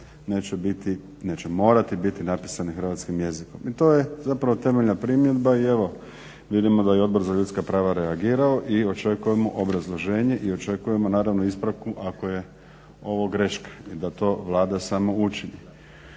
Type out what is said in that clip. neće morati biti napisane hrvatskim jezikom i to je zapravo temeljna primjedba i evo vidimo da je Odbor za ljudska prava reagirao i očekujemo obrazloženje i očekujemo naravno ispravku ako je ovo greška i da to Vlada samo uči.